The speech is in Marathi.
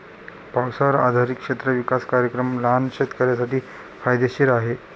पावसावर आधारित क्षेत्र विकास कार्यक्रम लहान शेतकऱ्यांसाठी फायदेशीर आहे